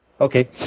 Okay